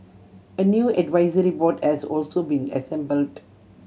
a new advisory board has also been assembled